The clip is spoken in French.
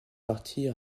partie